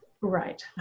Right